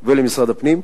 ולמשרד הפנים,